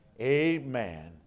Amen